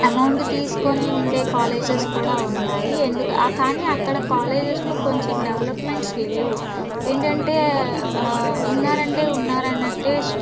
amount తీసుకొని ఉండే colleges కూడా ఉన్నాయి ఎందుక కానీ అక్కడ కాలేజెస్లో కొంచెం డెవలప్మెంట్స్ లేవు ఏంటంటే ఉన్నారంటే ఉన్నారన్నట్టే